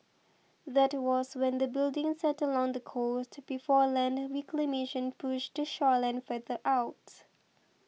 that was when the building sat along the coast before land reclamation push the shoreline further out